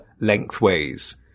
lengthways